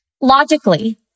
logically